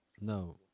no